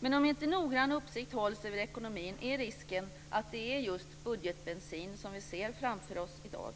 Men om inte noggrann uppsikt hålls över ekonomin är risken att det är just budgetbensin som vi ser framför oss i dag.